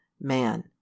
man